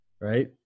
Right